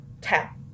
tap